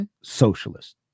socialist